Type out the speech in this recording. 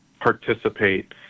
participate